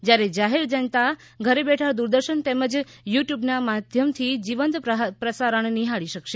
જ્યારે જાહેર જનતા ઘરે બેઠાં દ્રરદર્શન તેમજ યુ ટ્યુબના માધ્યમથી જીવંત પ્રસારણ નિહાળી શકશે